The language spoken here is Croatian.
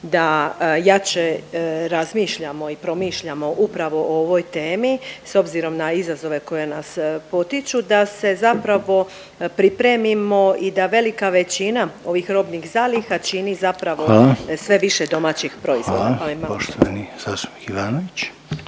da jače razmišljamo i promišljamo upravo o ovoj temi, s obzirom na izazove koji nas potiču da se zapravo pripremimo i da velika većina ovih robnih zaliha čini zapravo …/Upadica Reiner: Hvala./… sve više